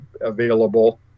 available